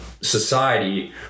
society